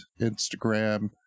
instagram